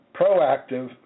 Proactive